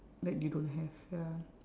that you don't have ya